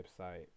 website